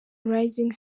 rising